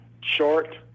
short